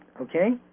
Okay